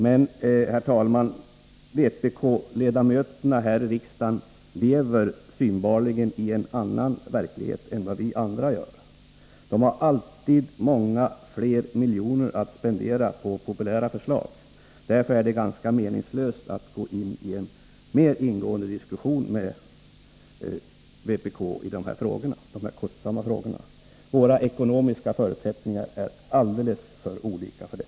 Men, herr talman, vpk-ledamötena här i riksdagen lever synbarligen i en annan verklighet än vi andra. De har alltid många fler miljoner än vi övriga att spendera på populära förslag. Därför är det ganska meningslöst att föra en mer ingående diskussion med vpk i dessa kostsamma frågor. Våra ekonomiska förutsättningar är alldeles för olika för det.